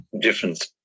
difference